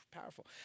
powerful